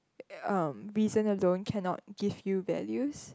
um reason alone cannot give you values